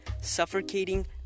suffocating